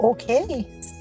Okay